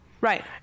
Right